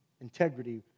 integrity